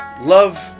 Love